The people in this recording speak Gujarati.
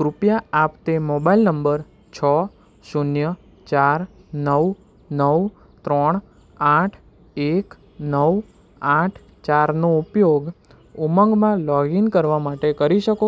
કૃપયા આપ તે મોબાઈલ નંબર છો શૂન્ય ચાર નવ નવ ત્રણ આઠ એક નવ આઠ ચારનો ઉપયોગ ઉમંગમાં લોગિન કરવા માટે કરી શકો